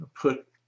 put